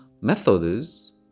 methods